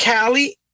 Callie